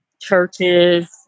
Churches